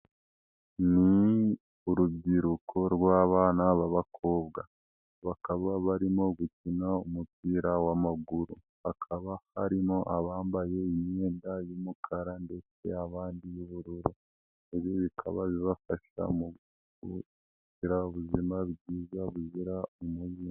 Ni urubyiruko rw'abana b'abakobwa, bakaba barimo gukina umupira w'amaguru, hakaba harimo abambaye imyenda y'umukara ndetse abandi y'ubururu, ibi bikaba bibafasha mu kugira ubuzima bwiza buzira umuze.